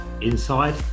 inside